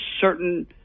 certain